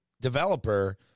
Developer